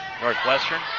Northwestern